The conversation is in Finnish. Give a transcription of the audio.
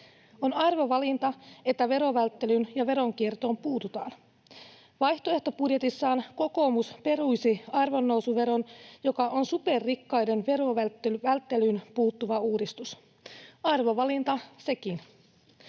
On arvovalinta, että verovälttelyyn ja veronkiertoon puututaan. Vaihtoehtobudjetissaan kokoomus peruisi arvonnousuveron, joka on superrikkaiden verovälttelyyn puuttuva uudistus. Arvovalinta sekin.